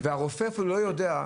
והרופא אפילו לא יודע,